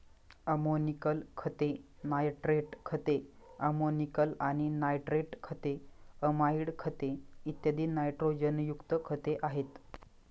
ammoniacal खते, nitrate खते, ammoniacal आणि नायट्रेट खते, अमाइड खते, इत्यादी नायट्रोजनयुक्त खते आहेत